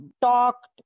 talked